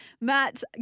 Matt